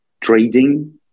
Trading